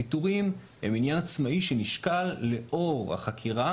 הפיטורים הם עניין עצמאי שנשקל לאור החקירה,